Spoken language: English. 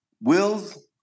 Wills